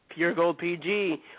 puregoldpg